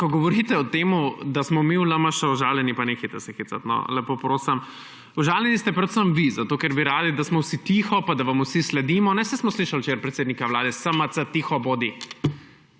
Ko govorite o tem, da smo mi v LMŠ užaljeni – pa nehajte se hecati, no, lepo prosim. Užaljeni ste predvsem vi, zato ker bi radi, da smo vsi tiho pa da vam vsi sledimo. Saj smo slišali včeraj predsednika Vlade: SMC, tiho bodi!